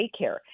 daycare